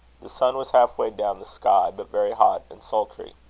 the sun was half way down the sky, but very hot and sultry.